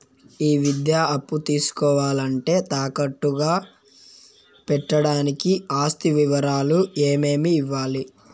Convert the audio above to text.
ఈ విద్యా అప్పు తీసుకోవాలంటే తాకట్టు గా పెట్టడానికి ఆస్తి వివరాలు ఏమేమి ఇవ్వాలి?